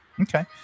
Okay